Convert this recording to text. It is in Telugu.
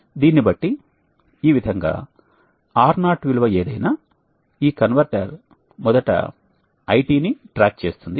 దీనిని బట్టి ఈ విధంగా R0 విలువ ఏదైనా ఈ కన్వర్టర్ మొదట IT ని ట్రాక్ చేస్తుంది